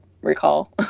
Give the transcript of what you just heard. recall